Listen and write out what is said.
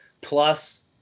plus